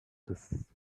this